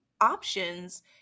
options